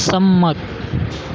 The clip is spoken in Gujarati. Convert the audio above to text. સંમત